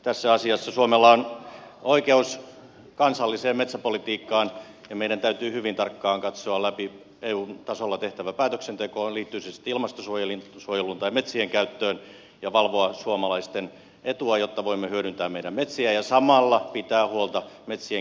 tässä asiassa suomella on oikeus kansalliseen metsäpolitiikkaan ja meidän täytyy hyvin tarkkaan katsoa läpi eun tasolla tehtävä päätöksenteko liittyy se sitten ilmastonsuojeluun tai metsienkäyttöön ja valvoa suomalaisten etua jotta voimme hyödyntää meidän metsiä ja samalla pitää huolta metsien kestävästä käytöstä